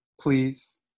Please